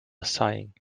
sighing